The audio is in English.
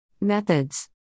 Methods